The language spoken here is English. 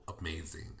amazing